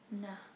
nah